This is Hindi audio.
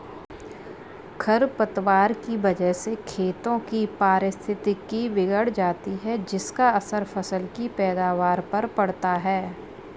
खरपतवार की वजह से खेतों की पारिस्थितिकी बिगड़ जाती है जिसका असर फसल की पैदावार पर पड़ता है